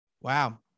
wow